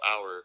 hour